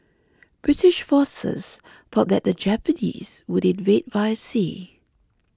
British forces thought that the Japanese would invade via sea